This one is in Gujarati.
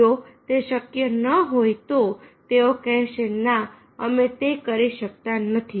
જો તે શક્ય ન હોય તો તેઓ કહેશે ના અમે તે કરી શકતા નથી